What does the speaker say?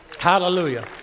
Hallelujah